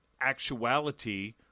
actuality